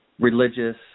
religious